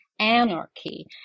anarchy